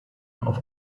auf